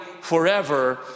forever